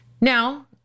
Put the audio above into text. Now